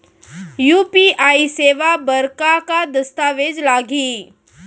UPI सेवा बर का का दस्तावेज लागही?